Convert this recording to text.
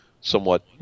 somewhat